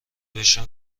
بشه